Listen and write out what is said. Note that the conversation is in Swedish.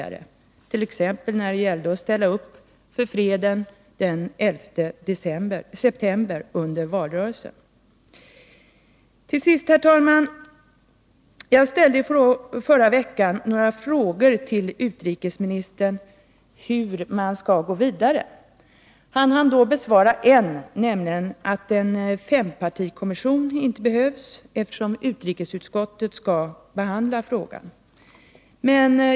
Det gjorde de också när det gällde att ställa upp för freden den 11 september under valrörelsen. Till sist, herr talman! Jag ställde i förra veckan några frågor till utrikesministern om hur man skall gå vidare. Han hann då besvara en av dem. Han gav beskedet att en fempartikommission inte behövs, eftersom utrikesutskottet skall behandla zonfrågan.